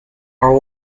are